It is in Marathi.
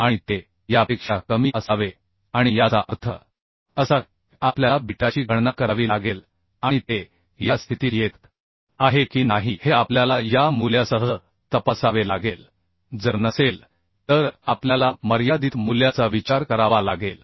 आणि ते यापेक्षा कमी असावे आणि याचा अर्थ असा की आपल्याला बीटाची गणना करावी लागेल आणि ते या स्थितीत येत आहे की नाही हे आपल्याला या मूल्यासह तपासावे लागेल जर नसेल तर आपल्याला मर्यादित मूल्याचा विचार करावा लागेल